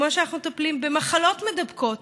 כמו שאנחנו מטפלים במחלות מידבקות,